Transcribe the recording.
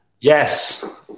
Yes